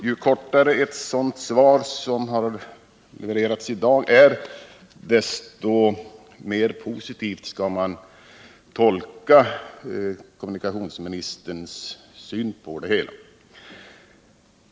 Ju kortare ett sådant svar som det som har levererats i dag är, desto mer positivt skall man tolka kommunikationsministerns syn på frågan.